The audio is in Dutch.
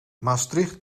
maastricht